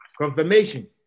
Confirmation